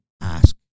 ask